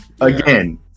again